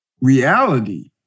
reality